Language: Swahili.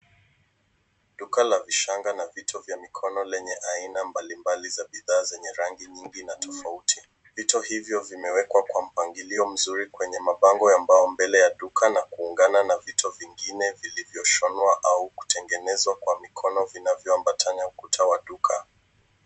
Duka la vishanga na vito vya mikono lenye aina mbalimbali za bidhaa zenye rangi nyingi na tofauti. Vito hivyo, vimewekwa kwa mpangilio mzuri, kwenye mabango ya mbao, mbele ya duka, na kuungana na vito vingine, vilivyoshonwa au kutengenezwa kwa mikono vinavyoambatana ukuta wa duka.